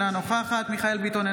אינה נוכחת מיכאל מרדכי ביטון,